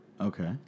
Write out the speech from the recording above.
Okay